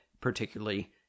particularly